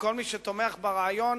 וכל מי שתומך ברעיון